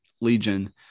Legion